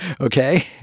Okay